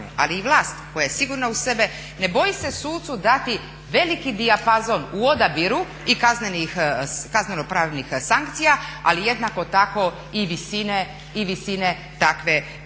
Ali i vlast koja je sigurna u sebe ne boji se sucu dati veliki dijapazon u odabiru i kazneno-pravnih sankcija, ali jednako tako i visine takve kazne